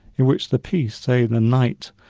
and which the piece, say the knight,